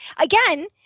again